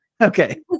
Okay